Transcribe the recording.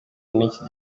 n’iki